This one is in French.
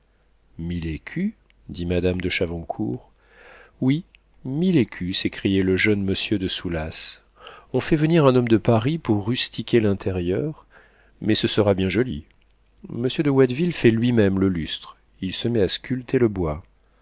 mille écus dit madame de chavoncourt oui mille écus s'écria le jeune monsieur de soulas on fait venir un homme de paris pour rustiquer l'intérieur mais ce sera bien joli monsieur de watteville fait lui-même le lustre il se met à sculpter le bois